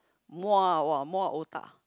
Muar !wah! more otah